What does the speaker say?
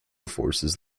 forces